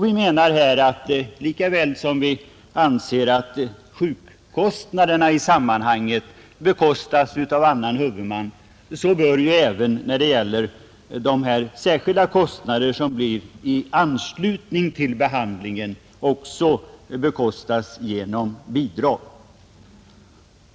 Vi menar att lika väl som vårdkostnaderna i sammanhanget skall bekostas av annan huvudman, bör de särskilda kostnader som uppstår i anslutning till behandlingen också täckas genom bidrag.